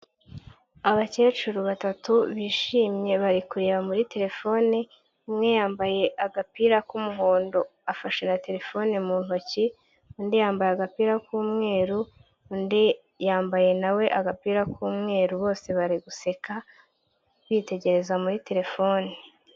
Abakecuru batatu bishimye bari kureba muri telefone umwe yambaye agapira k'umuhondo afashe na telefone mu ntoki, undi yambaye agapira k'umweru, undi yambaye nawe agapira k'umweru bose bari guseka bitegereza muri terefoni.